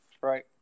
Right